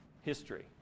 history